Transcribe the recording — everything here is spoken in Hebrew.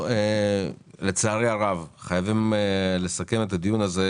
אנחנו לצערי הרב חייבים לסכם את הדיון הזה.